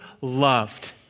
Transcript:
loved